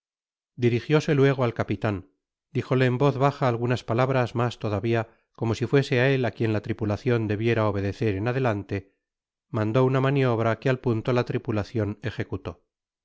dirijióse luego al capitan dfjole en voz baja algunas palabras mas todavia y como si fuese á él á quien la tripulacion debiera obedecer en adelante mandó una maniobra que al punto la tripulacion ejecutó